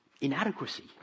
inadequacy